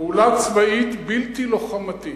פעולה צבאית בלתי לוחמתית.